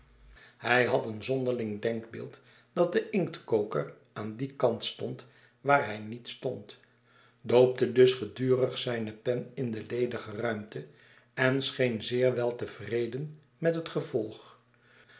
hij had een zonderling denkbeeld dat de inktkoker aan dien kant stond waar hij niet stond doopte dus gedurig zijne pen in de ledige ruimte en scheen zeer wel tevred en met het gevolg